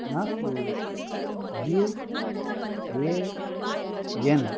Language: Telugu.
నాకు యుఏఎన్